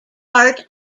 part